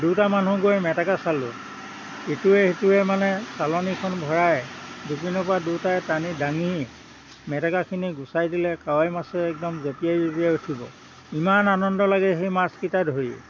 দুটা মানুহ গৈ মেটেকা চালো ইটোৱে সিটোৱে মানে চালনীখন ভৰাই দুপিনৰ পৰা দুটাই টানি দাঙি মেটেকাখিনি গুচাই দিলে কাৱৈ মাছে একদম জঁপিয়াই জঁপিয়াই উঠিব ইমান আনন্দ লাগে সেই মাছকেইটা ধৰি